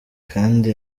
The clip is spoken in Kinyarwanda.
kandi